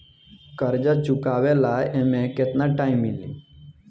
कर्जा चुकावे ला एमे केतना टाइम मिली?